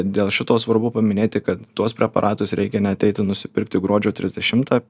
dėl šito svarbu paminėti kad tuos preparatus reikia ne ateiti nusipirkti gruodžio trisdešimtą